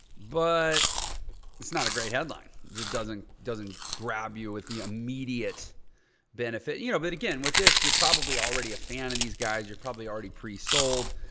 but it's not a great headline. just doesn't doesn't grab you with the immediate benefit. you know, but again, with this, you're probably already a fan of these guys. you're probably already pre-sold.